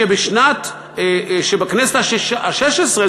שבכנסת השש-עשרה,